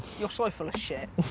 you're so full of shit.